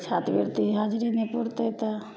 छात्रवृति हाजरी नहि पुरतै तऽ